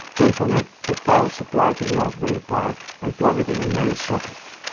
then connect the power supply to the raspberry pi and plug it in a mains socket.